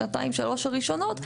שנתיים ושלוש הראשונות,